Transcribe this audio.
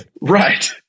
Right